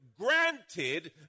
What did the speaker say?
Granted